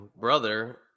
brother